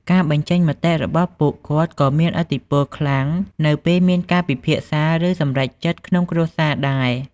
ការបញ្ចេញមតិរបស់ពួកគាត់ក៏មានឥទ្ធិខ្លាំង នៅពេលមានការពិភាក្សាឬសម្រេចចិត្តក្នុងគ្រួសារដែរ។